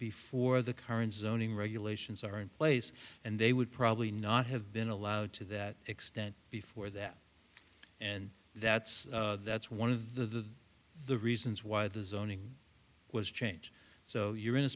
before the current zoning regulations are in place and they would probably not have been allowed to that extent before that and that's that's one of the the reasons why the zoning was change so you're in a